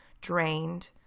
drained